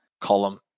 column